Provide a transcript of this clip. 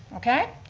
okay?